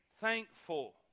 thankful